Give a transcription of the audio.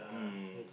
mm